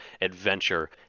adventure